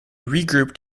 regrouped